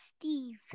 Steve